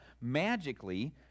magically